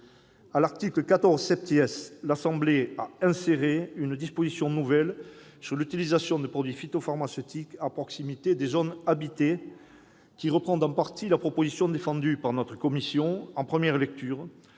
À l'article 14 , l'Assemblée nationale a inséré une disposition nouvelle relative à l'utilisation de produits phytopharmaceutiques à proximité des zones habitées, qui reprend partiellement la proposition défendue par notre commission en première lecture,